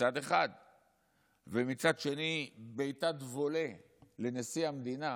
מצד אחד ומצד שני בעיטת וולה לנשיא המדינה